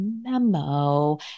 memo